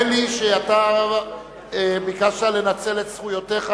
מי שבקי בתקנון יודע מה לעשות.